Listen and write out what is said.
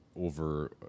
over